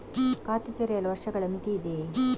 ಖಾತೆ ತೆರೆಯಲು ವರ್ಷಗಳ ಮಿತಿ ಇದೆಯೇ?